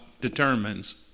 determines